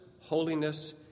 holiness